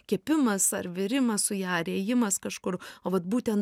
kepimas ar virimas su ja ar ėjimas kažkur o vat būtent